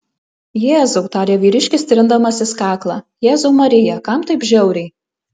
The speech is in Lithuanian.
jėzau tarė vyriškis trindamasis kaklą jėzau marija kam taip žiauriai